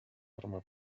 arma